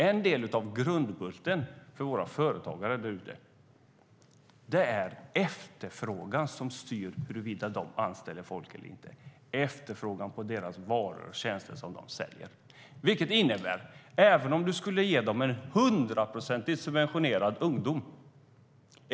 En del av grundbulten för våra företagare är efterfrågan på deras varor och tjänster som styr huruvida de anställer folk eller inte. Även om man skulle ge dem en hundraprocentigt subventionerad ungdom är det efterfrågan som styr.